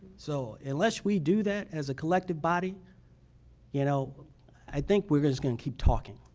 so unless we do that as a collective body you know i think we're just going to keep talking,